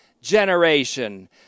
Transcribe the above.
generation